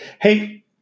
Hey